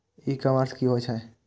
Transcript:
ई commerce की होए छै?